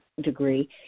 degree